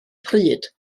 pryd